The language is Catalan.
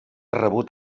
rebut